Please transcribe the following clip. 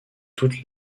toutes